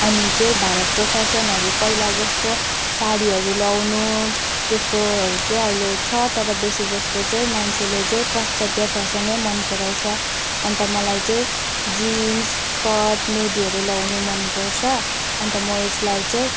अनि चाहिँ भारतको फेसनहरू पहिला जस्तो साडीहरू लगाउनु त्यस्तोहरू चाहिँ अहिले छ तर बेसी जस्तो चाहिँ मान्छेले चाहिँ पाश्चत्य फेसनै मन पराउँछ अन्त मलाई चाहिँ जिन्स स्कर्ट मेडीहरू लगाउन मन पर्छ अन्त म यसलाई चाहिँ